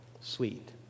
sweet